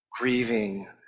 grieving